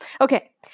Okay